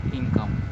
income